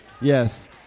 yes